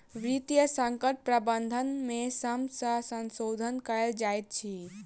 वित्तीय संकट प्रबंधन में समय सॅ संशोधन कयल जाइत अछि